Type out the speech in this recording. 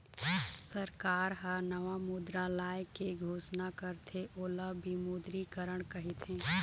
सरकार ह नवा मुद्रा लाए के घोसना करथे ओला विमुद्रीकरन कहिथें